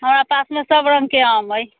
हमरा पासमे सब रङ के आम अइ